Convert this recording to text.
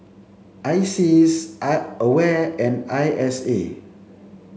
ISEAS I AWARE and I S A